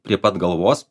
prie pat galvos